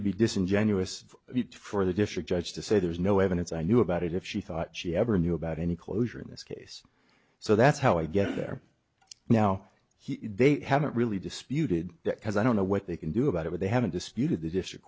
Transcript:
would be disingenuous for the district judge to say there's no evidence i knew about it if she thought she ever knew about any closure in this case so that's how i get there now he they haven't really disputed that because i don't know what they can do about it they haven't disputed the district